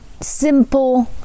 simple